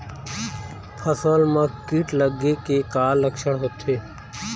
फसल म कीट लगे के का लक्षण होथे?